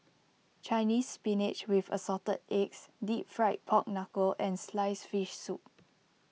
Chinese Spinach with Assorted Eggs Deep Fried Pork Knuckle and Sliced Fish Soup